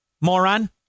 moron